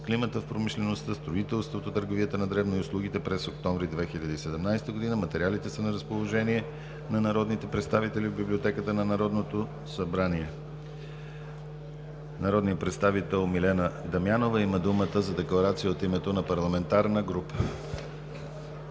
климата в промишлеността, строителството, търговията на дребно и услугите през октомври 2017 г. Материалите са на разположение на народните представители в Библиотеката на Народното събрание. Народният представител Милена Дамянова има думата за декларация от името на парламентарна група.